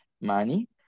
money